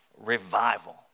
revival